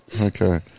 Okay